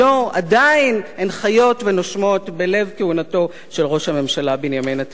עדיין הן חיות ונושמות בלב כהונתו של ראש הממשלה בנימין נתניהו.